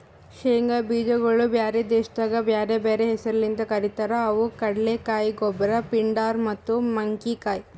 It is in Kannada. ಶೇಂಗಾ ಬೀಜಗೊಳ್ ಬ್ಯಾರೆ ದೇಶದಾಗ್ ಬ್ಯಾರೆ ಬ್ಯಾರೆ ಹೆಸರ್ಲಿಂತ್ ಕರಿತಾರ್ ಅವು ಕಡಲೆಕಾಯಿ, ಗೊಬ್ರ, ಪಿಂಡಾರ್ ಮತ್ತ ಮಂಕಿಕಾಯಿ